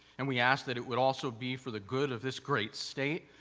and we ask that it would also be for the good of this great state,